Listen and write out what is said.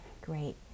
Great